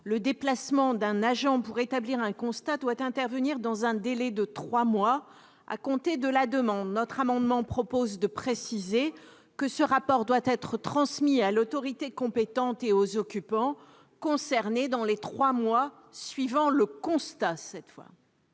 le déplacement d'un agent pour établir un constat doit intervenir dans un délai de trois mois à compter de la demande. Notre amendement vise à préciser que son rapport doit être transmis à l'autorité compétente et aux occupants concernés dans les trois mois suivant le constat. Quel est